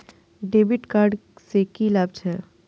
डेविट कार्ड से की लाभ छै?